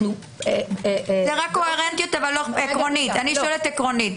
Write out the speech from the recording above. אני שואלת עקרונית.